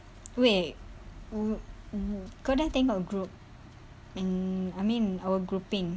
wait w~ w~ kau dah tengok group m~ I mean our grouping